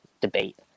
debate